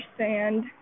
understand